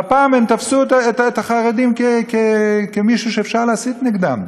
והפעם הם תפסו את החרדים כמי שאפשר להסית נגדם,